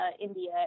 India